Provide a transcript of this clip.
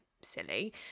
silly